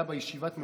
בישיבת ממשלה,